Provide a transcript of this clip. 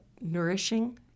nourishing